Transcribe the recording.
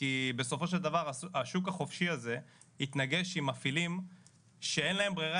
כי בסופו של דבר השוק החופשי הזה יתנגש עם מפעילים שאין להם ברירה